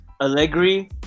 Allegri